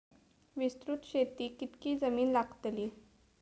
विस्तृत शेतीक कितकी जमीन लागतली?